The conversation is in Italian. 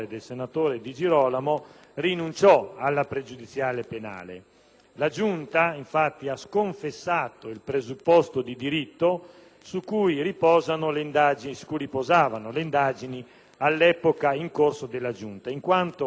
infatti, ha sconfessato il presupposto di diritto su cui riposavano le indagini all'epoca in corso da parte della Giunta, in quanto quest'ultima non ha ascritto valore autocertificatorio